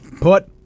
Put